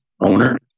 owner